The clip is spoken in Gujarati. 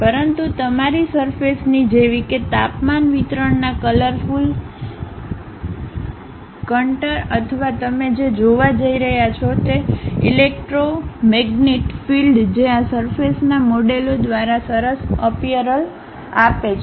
પરંતુ તમારી સરફેસની જેવી કે તાપમાન વિતરણના કલરફુલ કન્ટુર અથવા તમે જે જોવા જઈ રહ્યા છો તે ઇલેક્ટ્રોમેગ્નેટિક Field જે આ સરફેસના મોડેલો દ્વારા સરસ અપીઅરલ આપે છે